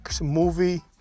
movie